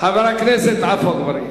חבר הכנסת עפו אגבאריה,